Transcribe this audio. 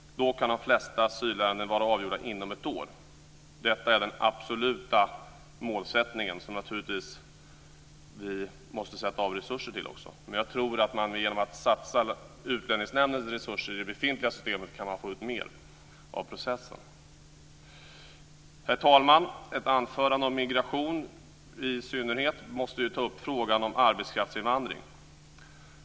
Då kan de flesta asylärenden vara avgjorda inom ett år. Detta är den absoluta målsättningen, som vi naturligtvis också måste sätta av resurser till. Men jag tror att man genom att satsa Utlänningsnämndens resurser i det befintliga systemet kan få ut mer av processen. Herr talman! I ett anförande om migration måste man ta upp frågan om arbetskraftsinvandring.